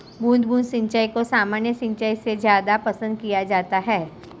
बूंद बूंद सिंचाई को सामान्य सिंचाई से ज़्यादा पसंद किया जाता है